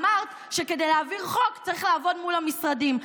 אמרת שכדי להעביר חוק צריך לעבוד מול המשרדים.